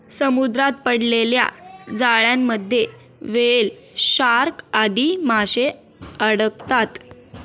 समुद्रात पडलेल्या जाळ्यांमध्ये व्हेल, शार्क आदी माशे अडकतात